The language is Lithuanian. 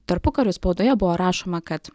tarpukario spaudoje buvo rašoma kad